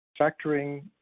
Factoring